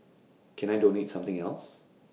can I donate something else